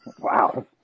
Wow